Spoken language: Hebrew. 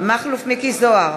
מכלוף מיקי זוהר,